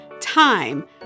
time